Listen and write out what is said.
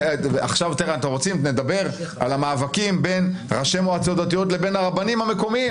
אתם רוצים לדבר על מאבקים בין ראשי מועצות דתיות לבין רבנים מקומיים?